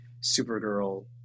Supergirl